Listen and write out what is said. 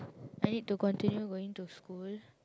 I need to continue going to school